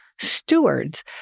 stewards